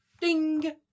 Ding